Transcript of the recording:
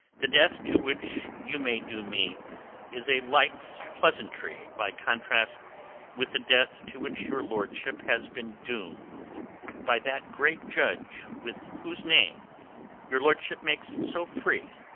the death to which you may doom me is a light pleasantry by contrast with the death to which your lordship has been doomed by that great judge with whose name your lordship makes so free.